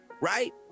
right